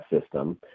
system